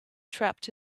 trapped